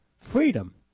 freedom